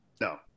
No